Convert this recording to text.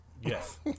Yes